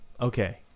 Okay